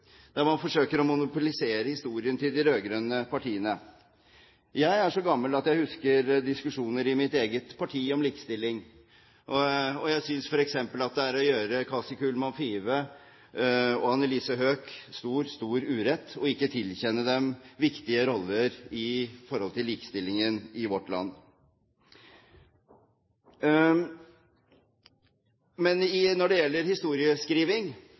der man forsøker å monopolisere historien til de rød-grønne partiene. Jeg er så gammel at jeg husker diskusjoner i mitt eget parti om likestilling, og jeg synes f.eks. at det er å gjøre Kaci Kullmann Five og Annelise Høegh stor, stor urett ikke å tilkjenne dem viktige roller når det gjelder likestillingen i vårt land. Men når det gjelder historieskriving,